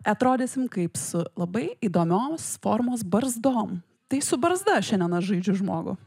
atrodysim kaip su labai įdomios formos barzdom tai su barzda šiandien aš žaidžiu žmogų